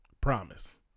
Promise